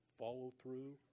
follow-through